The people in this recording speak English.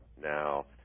Now